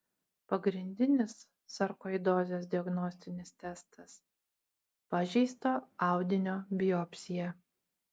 pagrindinis sarkoidozės diagnostinis testas pažeisto audinio biopsija